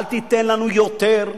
אל תיתן לנו יותר,